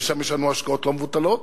ושם יש לנו השקעות לא מבוטלות.